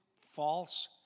false